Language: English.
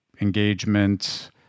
engagement